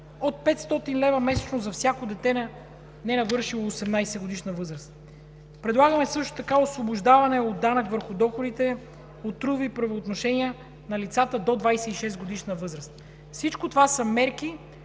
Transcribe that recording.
от 500 лв. месечно за всяко дете ненавършило 18-годишна възраст. Също така предлагаме освобождаване от данък върху доходите по трудови правоотношения на лицата до 26-годишна възраст. Всичко това са мерки,